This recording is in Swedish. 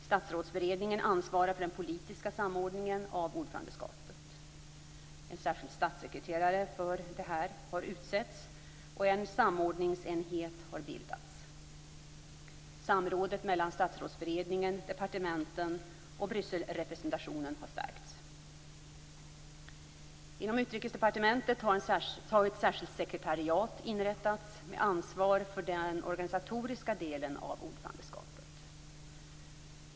Statsrådsberedningen ansvarar för den politiska samordningen av ordförandeskapet. En särskild statssekreterare har utsetts för det här och en samordningsenhet har bildats. Samrådet mellan Statsrådsberedningen, departementen och Brysselrepresentationen har stärkts. Inom Utrikesdepartementet har ett särskilt sekretariat inrättats med ansvar för den organisatoriska delen av ordförandeskapet.